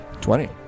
Twenty